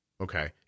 Okay